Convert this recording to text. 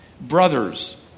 brothers